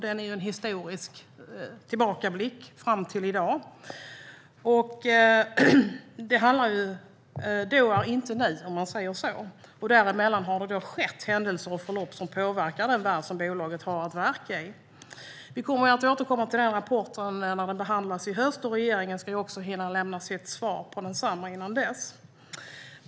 Den är en historisk tillbakablick som sträcker sig fram till i dag. Då är inte nu, om man säger så, och tidigare händelser och förlopp påverkar den värld som bolaget i dag har att verka i. Vi kommer att återkomma till den rapporten när den behandlas i höst, och regeringen ska också hinna lämna sitt svar på densamma innan dess.